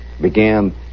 began